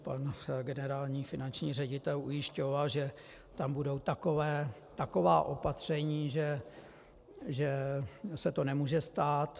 Pan generální finanční ředitel ujišťoval, že tam budou taková opatření, že se to nemůže stát.